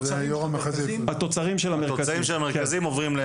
התוצרים של המרכזים.